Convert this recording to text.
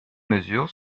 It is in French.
mesure